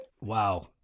wow